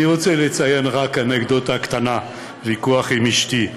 אני רוצה לציין רק אנקדוטה קטנה, ויכוח עם אשתי.